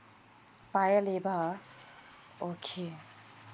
paya lebar okay